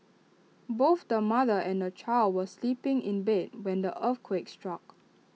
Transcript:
both the mother and the child were sleeping in bed when the earthquake struck